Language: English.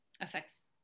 affects